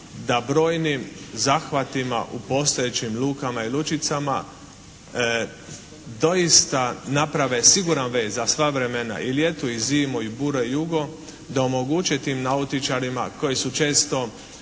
da brojnim zahvatima u postojećim lukama i lučicama doista naprave siguran vez za sva vremena. I ljeto i zimu i bure i jugo. Da omoguće tim nautičarima koji su često